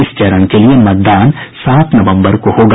इस चरण के लिये मतदान सात नवंबर को होगा